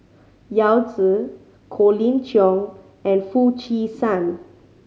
Yao Zi Colin Cheong and Foo Chee San